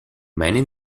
many